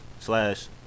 Slash